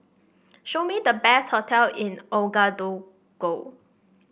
show me the best hotel in Ouagadougou